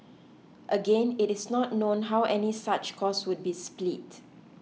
again it is not known how any such cost would be split